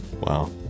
wow